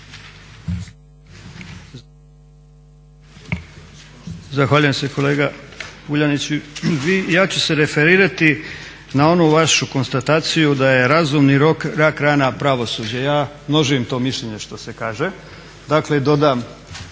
Zahvaljujem se kolega Vuljaniću. Ja ću se referirati na onu vašu konstataciju da je razum i rok rak-rana pravosuđa, ja množim to mišljenje što se kaže,